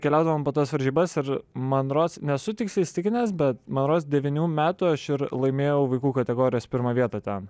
keliaudavom po tas varžybas ir man rods nesu tiksliai įsitikinęs bet man rods devynių metų aš ir laimėjau vaikų kategorijos pirmą vietą ten